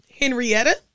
henrietta